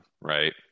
right